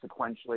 sequentially